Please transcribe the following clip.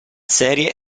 serie